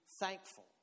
thankful